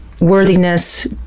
worthiness